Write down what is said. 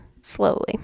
slowly